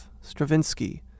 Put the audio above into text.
Stravinsky